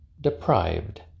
deprived